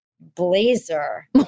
blazer